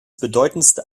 bedeutendste